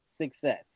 success